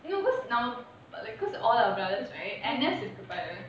no because no~ like because our brothers right N_S இருக்கு பாரு:iruku paaru